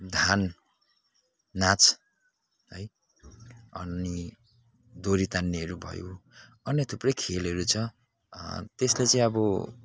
धान नाँच है अनि डोरी तान्नेहरू भयो अन्य थुप्रै खेलहरू छ त्यसले चाहिँ अब